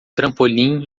trampolim